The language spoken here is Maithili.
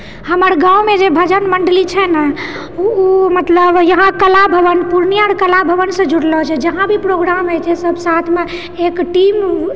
हमर गाँवमे जे भजन मण्डली छै ने ओ मतलब यहाँ कलाभवन पूर्णियाँ कला भवनसे जुड़लो छै जहाँभी प्रोग्राम होइछेै सब साथमे एक टीम